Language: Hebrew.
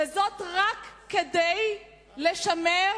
רק כדי לשמר